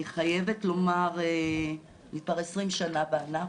אני חייבת לומר, אני כבר 20 שנה בענף,